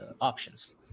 options